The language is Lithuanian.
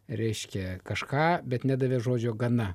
reiškia kažką bet nedavė žodžio gana